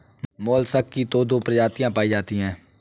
mollusc की तो दो प्रजातियां पाई जाती है